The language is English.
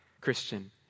Christian